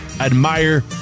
admire